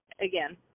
again